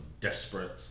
desperate